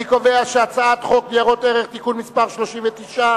אני קובע שהצעת חוק ניירות ערך (תיקון מס' 41),